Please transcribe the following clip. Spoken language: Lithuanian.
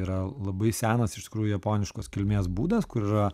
yra labai senas iš tikrųjų japoniškos kilmės būdas kur yra